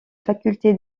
faculté